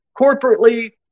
corporately